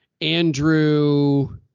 Andrew –